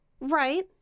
Right